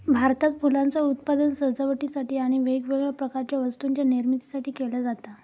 भारतात फुलांचा उत्पादन सजावटीसाठी आणि वेगवेगळ्या प्रकारच्या वस्तूंच्या निर्मितीसाठी केला जाता